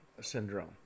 syndrome